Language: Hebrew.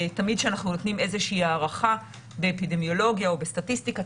כשאנחנו נותנים איזושהי הערכה באפידמיולוגיה או בסטטיסטיקה,